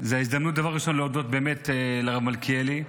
זו ההזדמנות דבר ראשון להודות באמת לרב מלכיאלי,